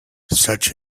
such